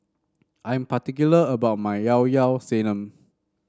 I am particular about my Llao Llao Sanum